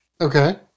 Okay